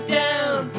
down